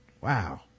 Wow